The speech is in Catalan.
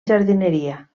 jardineria